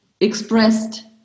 expressed